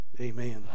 Amen